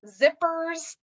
zippers